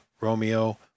romeo